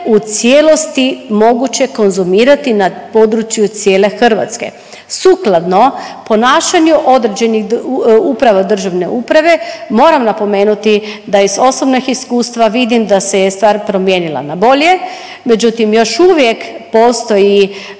u cijelosti moguće konzumirati na području cijele Hrvatske. Sukladno ponašanju određenih uprava državne uprave moram napomenuti da iz osobnog iskustva vidim da se je stvar promijenila na bolje, međutim još uvijek postoji